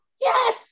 Yes